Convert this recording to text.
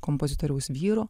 kompozitoriaus vyro